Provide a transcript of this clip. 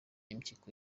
impyiko